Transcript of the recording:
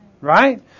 right